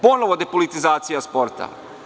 Ponovo depolitizacija sporta.